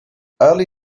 early